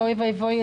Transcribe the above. ואוי ואבוי,